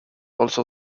also